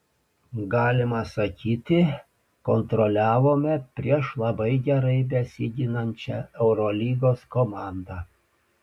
galima sakyti kontroliavome prieš labai gerai besiginančią eurolygos komandą